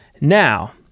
Now